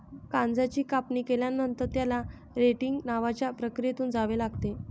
गांजाची कापणी केल्यानंतर, त्याला रेटिंग नावाच्या प्रक्रियेतून जावे लागते